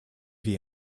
wir